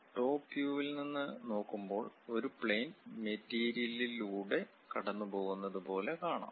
top view വിൽ നിന്ന് നോക്കുമ്പോൾ ഒരു പ്ലെയിൻ മെറ്റീരിയലിലൂടെ കടന്നുപോകുന്നത് പോലെ കാണാം